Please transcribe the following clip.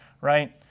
right